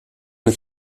mit